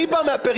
אני בא מהפריפריה.